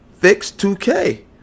Fix2K